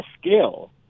skill